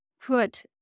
put